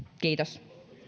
kiitos